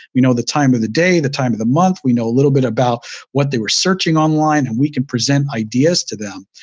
we know the time of the day, the time of the month. we know a little bit about what they were searching online, and we can present ideas to them.